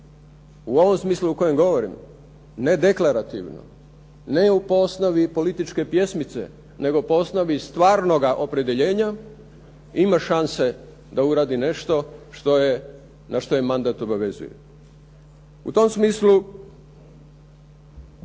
u ovom smislu u kojem govorim, ne deklarativno, ne po osnovi političke pjesmice nego po osnovi stvarnoga opredjeljenja ima šanse da uradi nešto na što je mandat obavezuje. U tom smislu